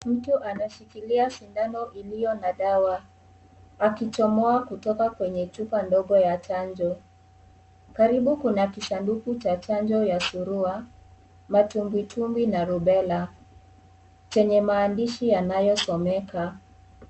Mtu anashikilia sindano iliyo na dawa akichomoa kutoka kwenye chupa ndogo ya chanjo karibu kuna kisanduku cha chanjo ya surua matumbwitumbwi na rubela chenye maandishi yanayosomeka